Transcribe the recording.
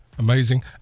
Amazing